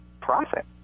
profit